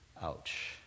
Ouch